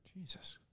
Jesus